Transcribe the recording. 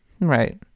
Right